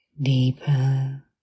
deeper